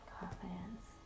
confidence